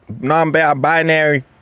Non-binary